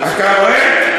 אתה רואה?